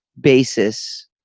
basis